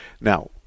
Now